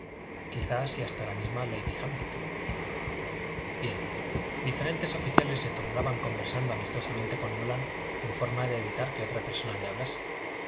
quizá si hasta la misma lady hámilton bien diferentes oficiales se turnaban conversando amistosamente con nolan en forma de evitar que otra persona le hablase la